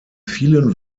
vielen